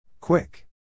Quick